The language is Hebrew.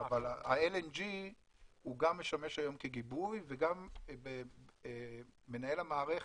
אבל ה-LNG גם משמש היום כגיבוי וגם מנהל המערכת,